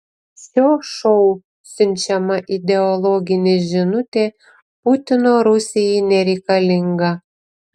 šio šou siunčiama ideologinė žinutė putino rusijai nereikalinga